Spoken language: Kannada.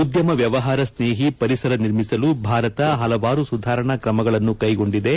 ಉದ್ಯಮ ವ್ಯವಹಾರ ಸ್ನೇಹಿ ಪರಿಸರ ನಿರ್ಮಿಸಲು ಭಾರತ ಪಲವಾರು ಸುಧಾರಣಾ ಕ್ರಮಗಳನ್ನು ಕೈಗೊಂಡಿದೆ